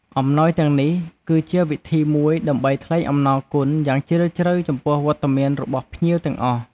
អំណោយទាំងនេះគឺជាវិធីមួយដើម្បីថ្លែងអំណរគុណយ៉ាងជ្រាលជ្រៅចំពោះវត្តមានរបស់ភ្ញៀវទាំងអស់។